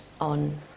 on